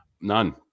None